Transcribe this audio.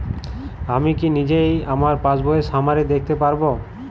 আমি কি নিজেই আমার পাসবইয়ের সামারি দেখতে পারব?